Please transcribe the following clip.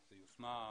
שזו יוזמה מבורכת,